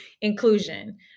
inclusion